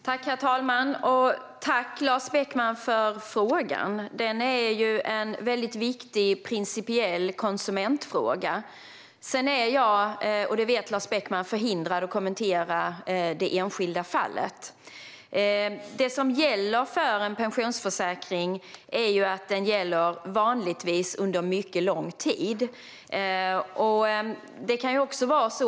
Herr ålderspresident! Tack, Lars Beckman, för frågan som är en väldigt viktig principiell konsumentfråga. Som Lars Beckman vet är jag dock förhindrad att kommentera det enskilda fallet. En pensionsförsäkring gäller vanligtvis under mycket lång tid.